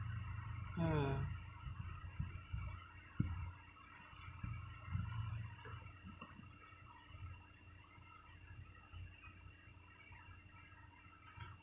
mm